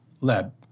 lab